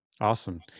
Awesome